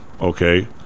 okay